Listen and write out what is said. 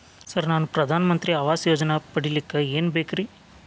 Sir ನಾನು ಪ್ರಧಾನ ಮಂತ್ರಿ ಆವಾಸ್ ಯೋಜನೆ ಪಡಿಯಲ್ಲಿಕ್ಕ್ ಏನ್ ಏನ್ ಬೇಕ್ರಿ?